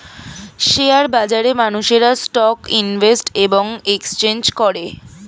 share বাজারে মানুষেরা stock invest এবং এক্সচেঞ্জ করে